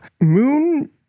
Moon